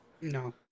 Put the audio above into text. No